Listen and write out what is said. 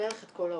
ובערך את כל העולם.